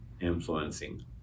influencing